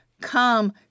Come